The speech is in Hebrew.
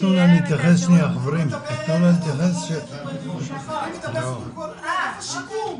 בשביל שיהיה להם את האפשרות --- אין את הנתונים לאגף השיקום.